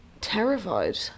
terrified